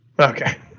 Okay